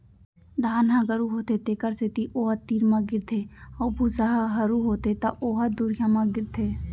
धान ह गरू होथे तेखर सेती ओ ह तीर म गिरथे अउ भूसा ह हरू होथे त ओ ह दुरिहा म गिरथे